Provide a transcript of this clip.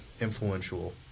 influential